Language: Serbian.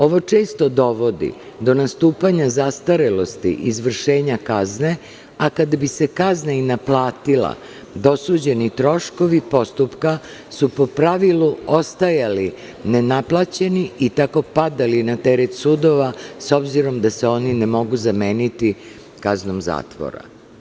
Ovo često dovodi do nastupanja zastarelosti izvršenja kazne, a kada bi se kazna i naplatila, dosuđeni troškovi postupka su, po pravilu, ostajali ne naplaćeni i tako padali na teret sudova, s obzirom da se oni ne mogu zameniti kaznom zatvora.